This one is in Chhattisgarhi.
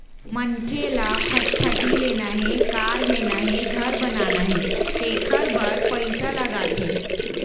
मनखे ल फटफटी लेना हे, कार लेना हे, घर बनाना हे तेखर बर पइसा लागथे